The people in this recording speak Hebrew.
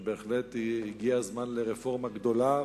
ובהחלט הגיע הזמן לרפורמה גדולה,